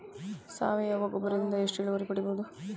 ಸಾವಯವ ಗೊಬ್ಬರದಿಂದ ಎಷ್ಟ ಇಳುವರಿ ಪಡಿಬಹುದ?